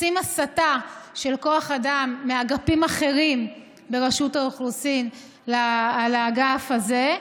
עושים הסטה של כוח אדם מאגפים אחרים ברשות האוכלוסין לאגף הזה,